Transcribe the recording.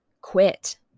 quit